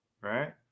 right